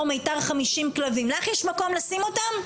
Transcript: מיתר 50 כלבים לך יש מקום לשים אותם?